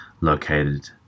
located